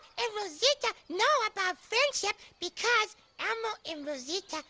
and rosita know about friendship because elmo and rosita